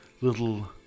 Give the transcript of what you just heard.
little